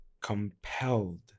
compelled